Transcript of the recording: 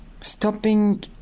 Stopping